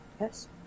Yes